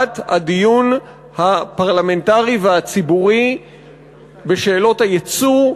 הדיון הפרלמנטרי והציבורי בשאלות היצוא,